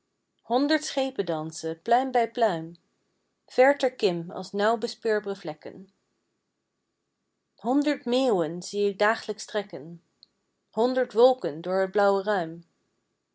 honderd schepen dansen pluim bij pluim ver ter kim als nauw bespeurbre vlekken honderd meeuwen zie ik daaglijks trekken honderd wolken door het blauwe ruim